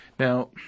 Now